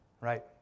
right